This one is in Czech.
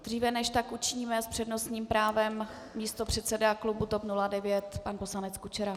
Dříve než tak učiníme, s přednostním právem místopředseda klubu TOP 09 pan poslanec Kučera.